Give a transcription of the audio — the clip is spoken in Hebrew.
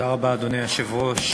אדוני היושב-ראש,